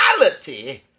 reality